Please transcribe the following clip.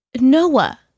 Noah